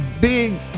big